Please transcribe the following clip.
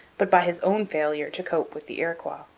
but by his own failure to cope with the iroquois.